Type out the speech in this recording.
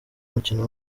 umukino